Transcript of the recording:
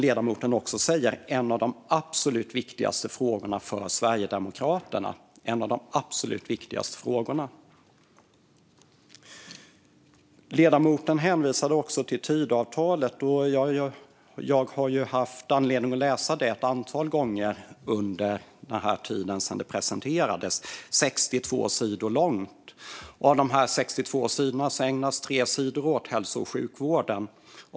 Ledamoten säger att det är en av de absolut viktigaste frågorna för Sverigedemokraterna. Ledamoten hänvisade också till Tidöavtalet. Jag har ju haft anledning att läsa det ett antal gånger sedan det presenterades. Det är 62 sidor långt, och av de 62 sidorna ägnas tre sidor åt hälso och sjukvården.